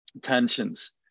tensions